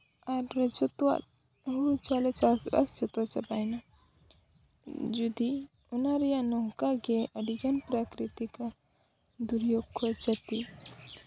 ᱟᱨ ᱡᱚᱛᱚᱣᱟᱜ ᱦᱳᱲᱳ ᱪᱟᱣᱞᱮ ᱪᱟᱥᱵᱟᱥ ᱡᱚᱛᱚ ᱪᱟᱵᱟᱭᱱᱟ ᱡᱩᱫᱤ ᱚᱱᱟ ᱨᱮᱭᱟᱜ ᱱᱚᱝᱠᱟᱜᱮ ᱟᱹᱰᱤᱜᱟᱱ ᱯᱨᱟᱛᱤᱠᱟ ᱫᱩᱨᱡᱳᱜᱽ ᱠᱷᱚᱭ ᱠᱷᱚᱛᱤ